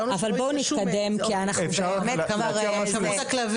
אבל בואו נתקדם כי אנחנו באמת כבר --- (היו"ר שרן מרים השכל,